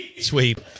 sweep